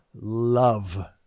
love